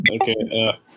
Okay